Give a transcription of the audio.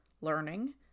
learning